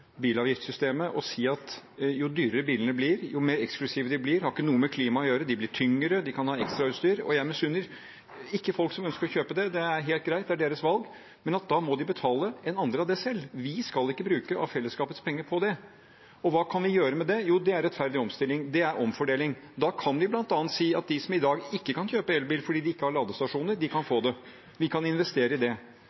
bilavgiftssystemet å si at jo dyrere bilene blir, jo mer eksklusive de blir – de blir tyngre, de kan ha ekstrautstyr – ikke har noe med klima å gjøre? Jeg misunner ikke folk som ønsker å kjøpe det, det er helt greit, det er deres valg, men da må de betale en andel av det selv. Vi skal ikke bruke av fellesskapets penger på det. Hva kan vi gjøre med det? Jo, det er ved rettferdig omstilling, det er ved omfordeling. Da kan vi bl.a. si at de som i dag ikke kan kjøpe elbil fordi de ikke har ladestasjoner, kan få det, vi kan